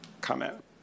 comment